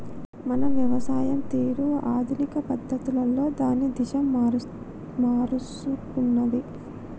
మన వ్యవసాయం తీరు ఆధునిక పద్ధతులలో దాని దిశ మారుసుకున్నాది